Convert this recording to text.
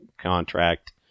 contract